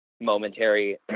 momentary